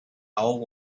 old